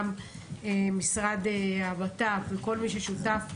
ממשרד הבט"פ ומכל מי ששותף לחוק,